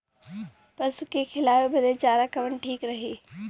पशु के खिलावे बदे चारा कवन ठीक रही?